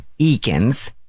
Eakins